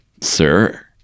Sir